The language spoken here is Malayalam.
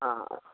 ആ